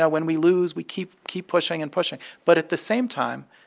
ah when we lose, we keep keep pushing and pushing. but at the same time,